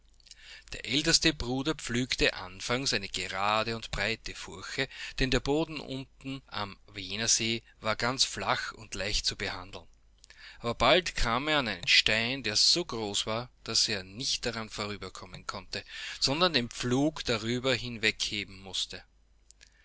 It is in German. der älteste bruder pflügte anfangs eine gerade und breite furche denn der bodenuntenamwenerseewarganzflachundleichtzubehandeln aberbald kam er an einen stein der so groß war daß er nicht daran vorüber kommen konnte sondern den pflug darüber hinwegheben mußte